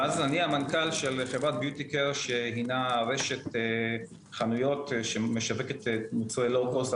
מנכ"ל חברת ביוטי קייר שהיא רשת חנויות שמשווקת מוצרי לואו-קוסט,